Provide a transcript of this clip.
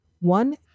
One